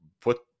put